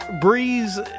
breeze